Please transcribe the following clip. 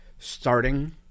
starting